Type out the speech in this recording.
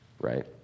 Right